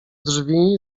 drzwi